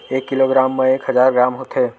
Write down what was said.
एक किलोग्राम मा एक हजार ग्राम होथे